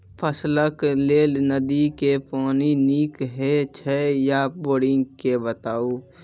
फसलक लेल नदी के पानि नीक हे छै या बोरिंग के बताऊ?